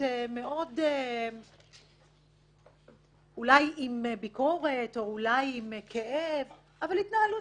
התנהלות אולי עם ביקורת או אולי עם כאב אבל התנהלות